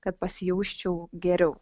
kad pasijausčiau geriau